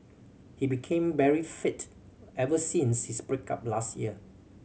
he became very fit ever since his break up last year